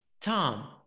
Tom